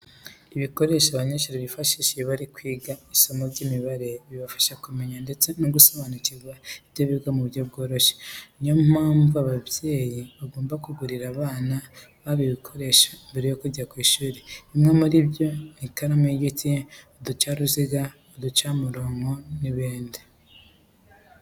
Ibikoresho abanyeshuri bifashisha iyo bari kwiga isomo ry'imibare bibafasha kumenya ndetse no gusobanukirwa ibyo biga mu buryo bworoshye. Ni yo mpamvu, ababyeyi bagomba kugurira abana babo ibi bikoresho mbere yo kujya ku ishuri. Bimwe muri byo ni ikaramu y'igiti, uducaruziga, uducamurongo n'ibindi.